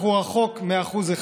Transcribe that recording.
אנחנו רחוק מ-1%,